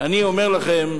אני אומר לכם,